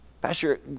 Pastor